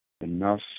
Enough